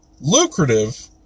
lucrative